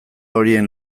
horien